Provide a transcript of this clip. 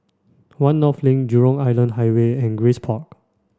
One North Link Jurong Island Highway and Grace Park